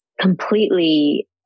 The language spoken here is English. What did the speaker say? completely